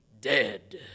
Dead